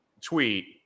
tweet